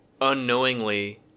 unknowingly